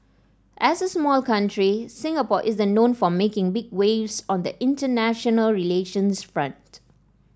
as a small country Singapore isn't known for making big waves on the international relations front